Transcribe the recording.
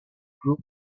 group